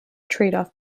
tradeoff